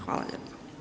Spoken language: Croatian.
Hvala lijepa.